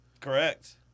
Correct